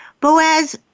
Boaz